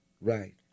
Right